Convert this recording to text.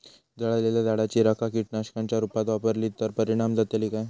जळालेल्या झाडाची रखा कीटकनाशकांच्या रुपात वापरली तर परिणाम जातली काय?